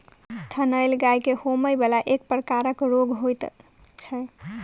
थनैल गाय के होमय बला एक प्रकारक रोग होइत छै